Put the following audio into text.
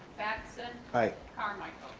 batson. i. carmichael.